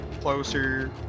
closer